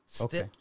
Okay